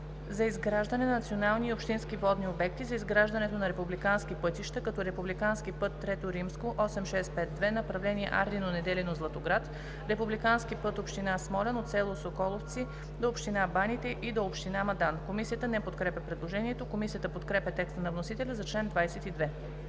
за изграждане на национални и общински водни обекти, за изграждането на републикански пътища, като: републикански път III – 8652, направление Ардино – Неделино – Златоград; републикански път община Смолян от село Соколовци до община Баните и до община Мадан.“ Комисията не подкрепя предложението. Комисията подкрепя текста на вносителя за чл. 22.